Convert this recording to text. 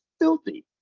filthy